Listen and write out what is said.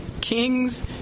Kings